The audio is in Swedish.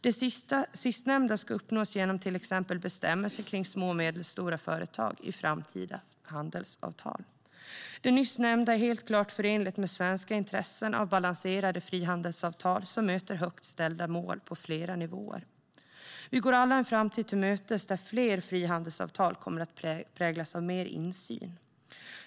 Det sistnämnda ska uppnås genom till exempel bestämmelser kring små och medelstora företag i framtida handelsavtal. Det nyss nämnda är helt klart förenligt med svenska intressen av balanserade frihandelsavtal som möter högt ställda mål på flera nivåer. Vi går alla en framtid till mötes där fler frihandelsavtal kommer att präglas av mer insyn.